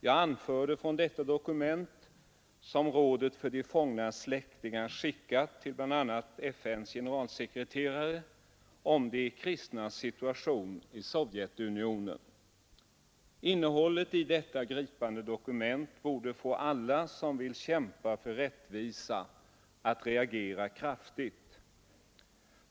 Jag anförde från detta dokument, som Rådet för de fångnas släktingar skickat till bl.a. FN:s generalsekreterare, en del fakta om de kristnas situation i Sovjetunionen. Innehållet i detta gripande dokument borde få alla som vill kämpa för rättvisa att reagera kraftigt.